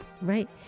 right